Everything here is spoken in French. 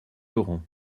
laurent